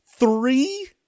Three